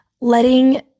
letting